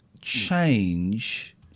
change